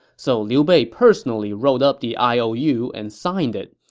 so liu bei personally wrote up the iou and signed it.